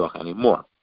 anymore